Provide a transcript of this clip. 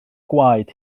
gwaed